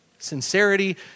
Sincerity